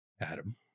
Adam